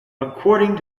according